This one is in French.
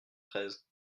treize